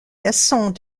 leçons